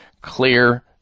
clear